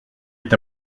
est